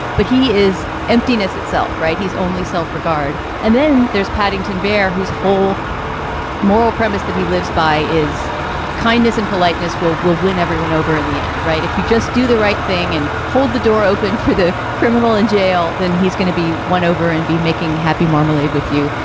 but he is emptiness itself, right? he's only self-regard. and then there's paddington bear, whose whole moral premise that he lives by is kindness and politeness will will win everyone over in the end. right. if you just do the right thing and hold the door open for the criminal in jail, then he's going to be won over and be making happy marmalade with you.